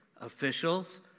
officials